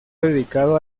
dedicado